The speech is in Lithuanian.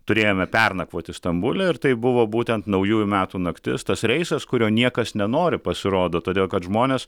turėjome pernakvoti stambule ir tai buvo būtent naujųjų metų naktis tas reisas kurio niekas nenori pasirodo todėl kad žmonės